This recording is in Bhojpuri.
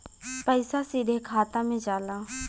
पइसा सीधे खाता में जाला